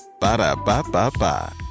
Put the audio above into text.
Ba-da-ba-ba-ba